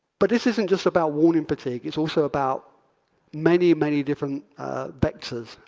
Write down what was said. but this isn't just about warning fatigue. it's also about many, many different vectors,